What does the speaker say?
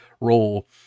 role